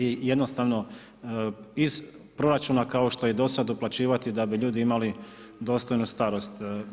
I jednostavno iz proračuna kao što je i dosada uplaćivati, da bi ljudi imali dostojnu starost.